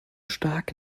stark